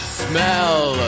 smell